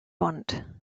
want